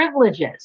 privileges